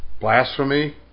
Blasphemy